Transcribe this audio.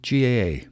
GAA